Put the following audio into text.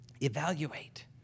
Evaluate